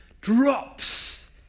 drops